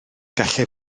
gallai